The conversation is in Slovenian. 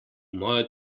mojo